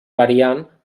variant